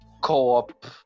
co-op